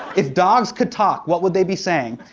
if dogs could talk, what would they be saying?